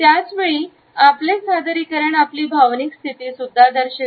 त्याच वेळी आपले सादरीकरण आपली भावनिक स्थिती सुद्धा दर्शविते